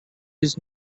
his